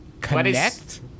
Connect